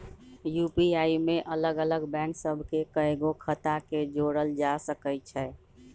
UPI में अलग अलग बैंक सभ के कएगो खता के जोड़ल जा सकइ छै